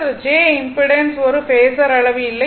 j impedance ஒரு phasor அளவு இல்லை